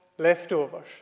leftovers